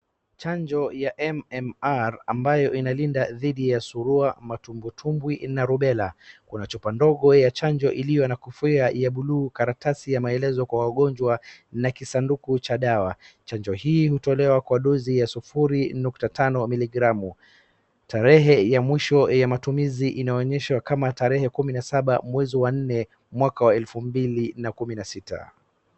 Chanjo ya MMR ambayo inalinda dhidi ya surua, matumbotumbwi na rubella. Kuna chupa ndogo ya chanjo iliyo na kifuniko ya blue , karatasi ya maelezo kwa wagonjwa na kisanduku cha dawa. Chanjo hii hutolewa kwa dozi ya 0.5 miligramu Tarehe ya mwisho ya matumizi inaonyeshwa kama tarehe 17 mwezi wa nne mwaka wa 2016.